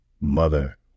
mother